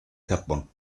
japón